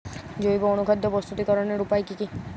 জৈব অনুখাদ্য প্রস্তুতিকরনের উপায় কী কী?